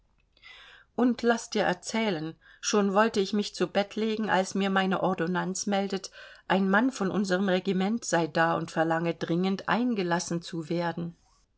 und laß dir erzählen schon wollte ich mich zu bett legen als mir meine ordonnanz meldet ein mann von unserem regiment sei da und verlange dringend eingelassen zu werden